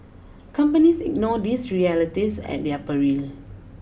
companies ignore these realities at their peril